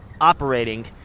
operating